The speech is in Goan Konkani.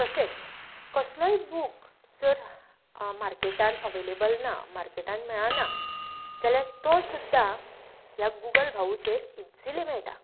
तशेंच कोसलोय बूक जर आ मार्केटान अवेलेबल ना मार्केटान मेळाना जाल्या तो सुद्दां ह्या गुगल भावुचेर इज्जिली मेयटा